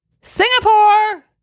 Singapore